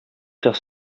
faire